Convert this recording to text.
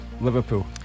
Liverpool